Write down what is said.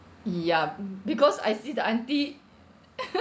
ya because I see the auntie